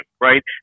right